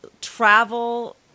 travel